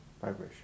Vibration